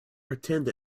pretend